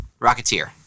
Rocketeer